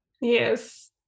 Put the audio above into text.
Yes